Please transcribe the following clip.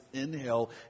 inhale